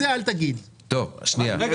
יש פה כמה